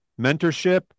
mentorship